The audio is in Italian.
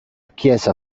chiesa